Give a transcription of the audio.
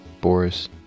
Boris